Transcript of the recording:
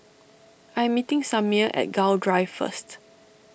I am meeting Samir at Gul Drive first